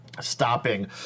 stopping